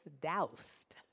doused